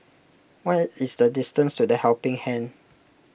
what is the distance to the Helping Hand